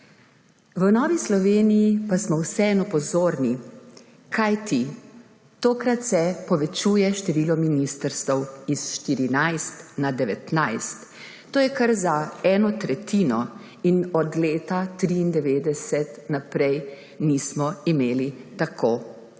V Novi Sloveniji pa smo vseeno pozorni, kajti tokrat se povečuje število ministrstev iz 14 na 19. To je kar za eno tretjino in od leta 1993 naprej nismo imeli tako